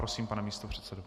Prosím, pane místopředsedo.